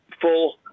full